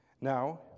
Now